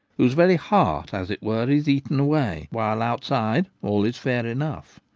whose very heart as it were is eaten away, while outside all is fair enough.